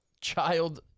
child